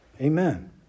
Amen